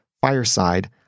Fireside